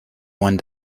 one